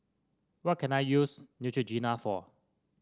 what can I use Neutrogena for